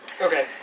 Okay